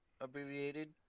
abbreviated